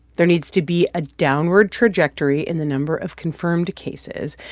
there needs to be a downward trajectory in the number of confirmed cases.